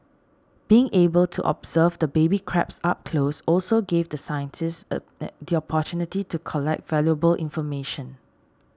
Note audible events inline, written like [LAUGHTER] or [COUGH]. being able to observe the baby crabs up close also gave the scientists [HESITATION] the opportunity to collect valuable information